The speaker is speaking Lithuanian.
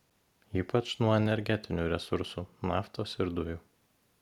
ypač nuo energetinių resursų naftos ir dujų